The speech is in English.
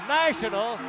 national